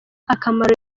akamaro